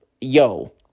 yo